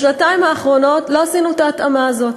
בשנתיים האחרונות לא עשינו את ההתאמה הזאת.